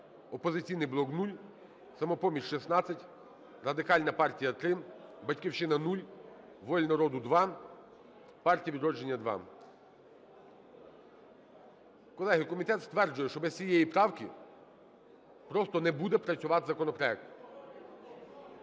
"Опозиційний блок" – 0, "Самопоміч" – 16, Радикальна партія – 3, "Батьківщина" – 0, "Воля народу" – 2, "Партія "Відродження" – 2. Колеги, комітет стверджує, що без цієї правки просто не буде працювати законопроект.